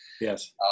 Yes